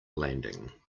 landing